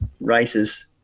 races